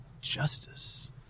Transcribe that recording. justice